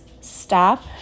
stop